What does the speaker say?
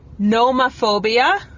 Nomophobia